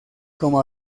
como